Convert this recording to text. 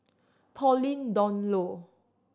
Pauline Dawn Loh